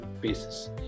basis